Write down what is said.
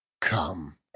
Come